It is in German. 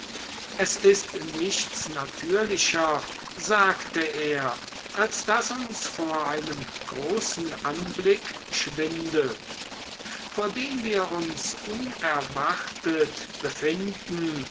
es ist nichts natürlicher sagte er als daß uns vor einem großen anblick schwindelt vor dem wir uns unerwartet befinden